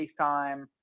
facetime